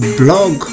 blog